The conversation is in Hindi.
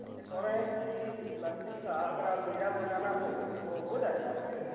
अच्छा कह रहे हैं कि इस लकड़ी का अगर अलमिरा बनाना हो तो हो जाएगा आपके